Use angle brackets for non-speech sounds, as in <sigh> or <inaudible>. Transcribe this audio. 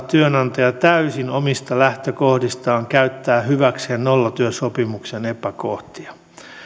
<unintelligible> työnantaja täysin omista lähtökohdistaan käyttää hyväkseen nollatyösopimuksen epäkohtia